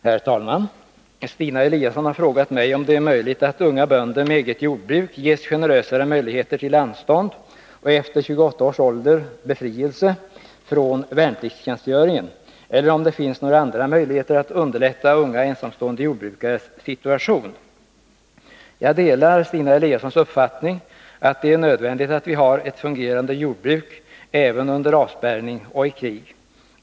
Herr talman! Stina Eliasson har frågat mig om det är möjligt att ge unga bönder med eget jordbruk generösare möjligheter till anstånd och — efter 28 års ålder — befrielse från värnpliktstjänstgöringen, eller om det finns några andra möjligheter att underlätta unga, ensamstående jordbrukares situation. Jag delar Stina Eliassons uppfattning att det är nödvändigt att vi har ett fungerande jordbruk även under avspärrning och i krig.